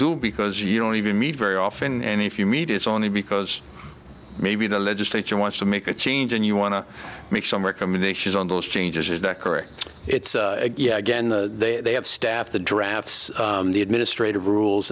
do because you don't even meet very often and if you meet it's only because maybe the legislature wants to make a change and you want to make some recommendations on those changes is that correct it's yeah again they have staff the drafts the administrative rules